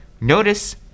Notice